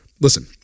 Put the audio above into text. Listen